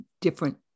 different